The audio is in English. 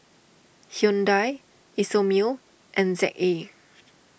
Hyundai Isomil and Z A